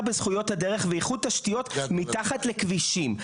בזכויות הדרך ואיחוד תשתיות מתחת לכבישים.